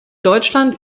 deutschland